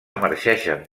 emergeixen